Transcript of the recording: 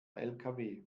lkw